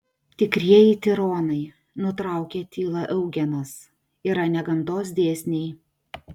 tikrieji tironai nutraukė tylą eugenas yra ne gamtos dėsniai